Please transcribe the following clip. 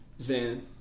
Zan